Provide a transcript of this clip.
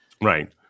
Right